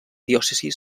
diòcesi